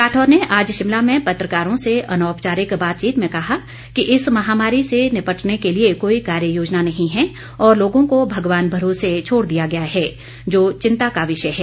राठौर ने आज शिमला में पत्रकारों से अनौपचारिक बातचीत में कहा कि इस महामारी से निपटने के लिए कोई कार्य योजना नहीं है और लोगों को भगवान भरोसे छोड़ दिया गया है जो चिंता का विषय है